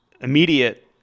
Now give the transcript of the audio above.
immediate